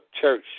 church